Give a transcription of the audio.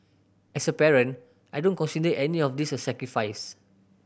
as a parent I don't consider any of this a sacrifice